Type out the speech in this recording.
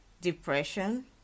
depression